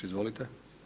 Izvolite.